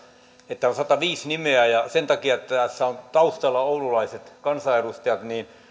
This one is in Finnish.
että on sataviisi nimeä ja sen takia että tässä ovat taustalla oululaiset kansanedustajat